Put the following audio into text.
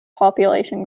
population